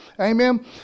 Amen